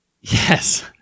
Yes